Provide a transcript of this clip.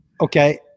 Okay